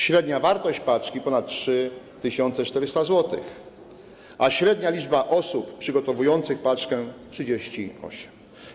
Średnia wartość paczki wyniosła ponad 3400 zł, a średnia liczba osób przygotowujących paczkę to 38.